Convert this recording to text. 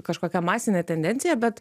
kažkokia masinė tendencija bet